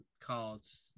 cards